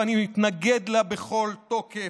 ואני מתנגד לה בכל תוקף,